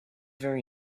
very